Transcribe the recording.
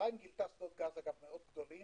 מצרים גילתה שדות גז מאוד גדולים,